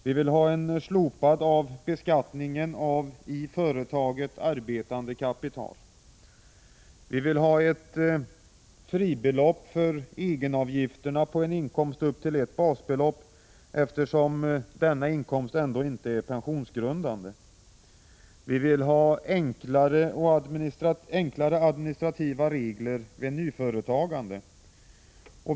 Vi vill ha slopad beskattning av i företag arbetande kapital. Vi vill ha fribetopp för egenavgifterna på en inkomst upp till ett basbelopp, eftersom denna ändå inte är pensionsgrundande. Vi vill ha enklare administrativa regler vid nyföretagande.